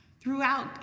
Throughout